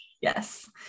Yes